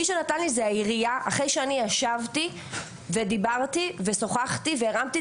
מי שנתן לי זה העירייה אחרי שאני ישבתי ודיברתי ושוחחתי ו'הרמתי